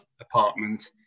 apartment